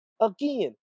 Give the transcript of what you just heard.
again